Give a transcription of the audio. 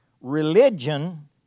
religion